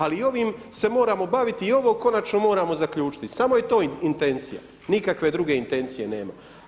Ali ovim se moramo baviti i ovo konačno moramo zaključiti, samo je to intencija, nikakve druge intencije nema.